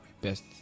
best